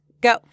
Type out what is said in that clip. go